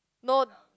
no